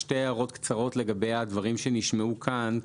שתי הערות קצרות לגבי הדברים שנשמעו כאן.